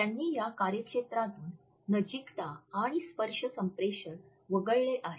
त्यांनी या कार्यक्षेत्रातून नजीकता आणि स्पर्श संप्रेषण वगळले आहे